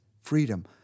freedom